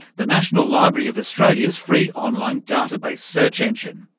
the national library of australia's free online data-base search engine,